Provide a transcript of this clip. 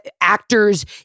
actors